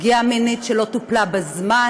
פגיעה מינית של טופלה בזמן.